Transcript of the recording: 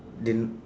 they